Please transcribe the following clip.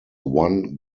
one